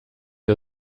ihr